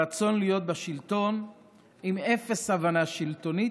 הרצון להיות בשלטון עם אפס הבנה שלטונית,